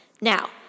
Now